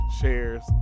shares